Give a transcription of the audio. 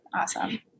Awesome